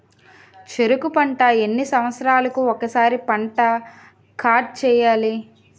చెరుకు పంట ఎన్ని సంవత్సరాలకి ఒక్కసారి పంట కార్డ్ చెయ్యాలి?